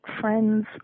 friends